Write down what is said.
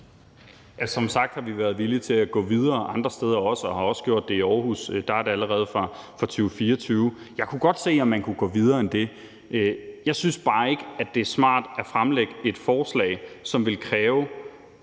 Som sagt har vi været villige til at gå videre andre steder også, og vi har også gjort det i Aarhus, hvor det allerede er fra 2024. Jeg kunne godt se, at man kunne gå videre end det. Jeg synes bare ikke, at det er smart at fremsætte et forslag, som vil kræve